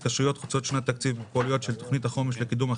במסגרת התכניות לקידום מצוינות.